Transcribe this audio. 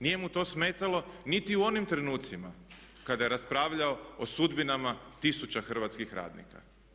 Nije mu to smetalo niti u onim trenucima kada je raspravljao o sudbinama tisuća hrvatskih radnika.